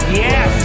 yes